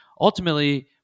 Ultimately